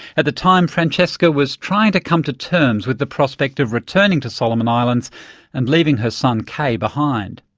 at the time, francesca was trying to come to terms with the prospect of returning to solomon islands and leaving her son k behind.